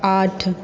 आठ